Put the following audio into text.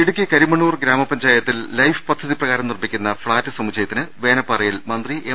ഇടുക്കി കരിമണ്ണൂർ ഗ്രാമപഞ്ചായത്തിൽ ലൈഫ് പദ്ധതി പ്രകാരം നിർമ്മിക്കുന്ന ഫ്ളാറ്റ് സമുച്ചയത്തിന് വേനപ്പാറയിൽ മന്ത്രി എം